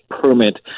permit